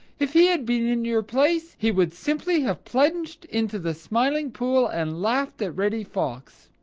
if he had been in your place, he would simply have plunged into the smiling pool and laughed at reddy fox.